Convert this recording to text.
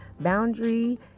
boundary